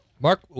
Mark